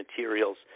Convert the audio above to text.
materials